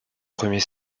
premier